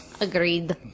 Agreed